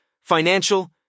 financial